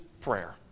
prayer